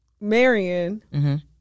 marion